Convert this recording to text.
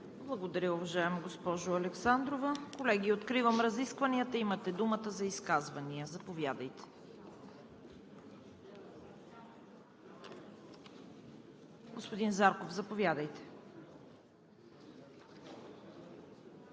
Благодаря, уважаема госпожо Александрова. Колеги, откривам разискванията. Имате думата за изказвания. Заповядайте. Господин Зарков, заповядайте.